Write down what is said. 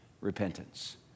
repentance